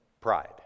Pride